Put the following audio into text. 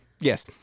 yes